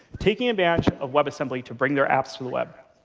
taking advantage of webassembly to bring their apps to the web.